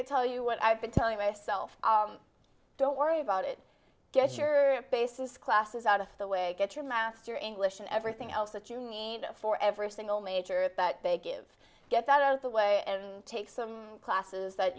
to tell you what i've been telling myself don't worry about it get your bases classes out of the way get your master english and everything else that you need for every single major that they give you get out of the way and take some classes that